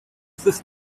this